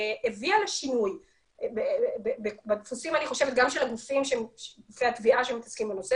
הביאה לשינוי בדפוסים גם של גופי התביעה שמתעסקים בנושא